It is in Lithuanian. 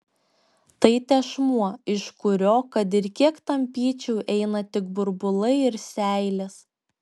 tai tešmuo iš kurio kad ir kiek tampyčiau eina tik burbulai ir seilės